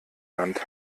land